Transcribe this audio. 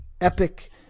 Epic